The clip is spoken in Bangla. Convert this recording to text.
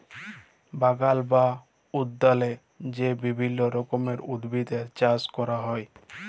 বাগাল বা উদ্যালে যে বিভিল্য রকমের উদ্ভিদের চাস ক্যরা হ্যয়